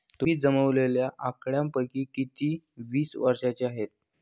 तुम्ही जमवलेल्या आकड्यांपैकी किती वीस वर्षांचे आहेत?